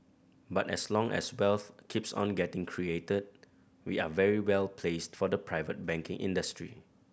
but as long as wealth keeps on getting created we are very well placed for the private banking industry